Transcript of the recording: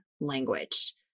language